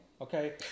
Okay